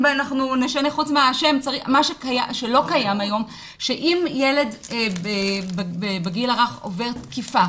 מה שלא קיים היום זה שאם ילד בגיל הרך עובד תקיפה